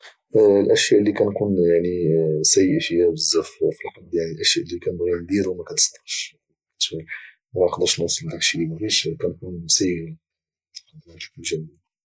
الاشياء اللي كانكون يعني سيء فيها بزاف حظي يعني الاشياء اللي كانبغي ندير وما كاتصدقش يعني ملي ما كانوصلش لذاك الشيء اللي بغيت يعني وكانكون مساينها